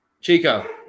Chico